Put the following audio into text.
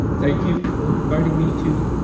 thank you for inviting me to.